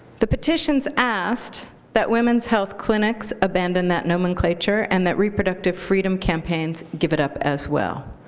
the petitions asked that women's health clinics abandon that nomenclature and that reproductive freedom campaigns give it up as well.